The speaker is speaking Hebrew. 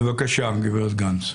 בבקשה, גברת גנס.